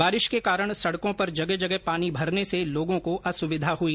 बारिश के कारण सड़कों पर जगह जगह पानी भरने से लोगों को असुविधा हुई